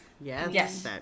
Yes